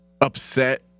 upset